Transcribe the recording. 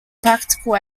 practical